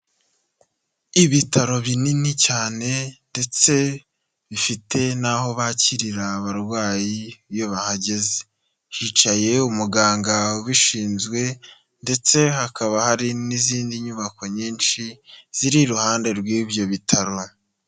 Ibitaro binini cyane ndetse bifite n'aho bakirira abarwayi iyo bahageze, hicaye umuganga ubishinzwe ndetse hakaba hari n'izindi nyubako nyinshi ziri iruhande rw'ibyo bitaro.